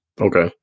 Okay